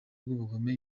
n’ubugome